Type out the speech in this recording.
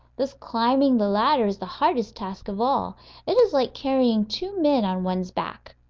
this climbing the ladder is the hardest task of all it is like carrying two men on one's back.